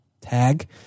tag